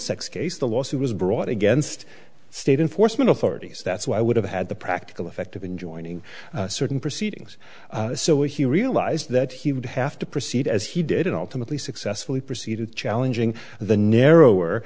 sex case the lawsuit was brought against state enforcement authorities that's why would have had the practical effect of enjoining certain proceedings so he realized that he would have to proceed as he did ultimately successfully proceeded challenging the narrower